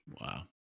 Wow